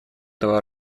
этого